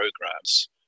programs